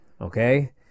okay